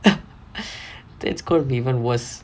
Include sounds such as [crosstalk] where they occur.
[noise] [breath] that's call even worse